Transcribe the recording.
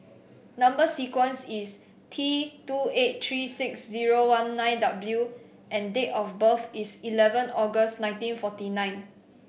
number sequence is T two eight three six zero one nine W and date of birth is eleven August nineteen forty nine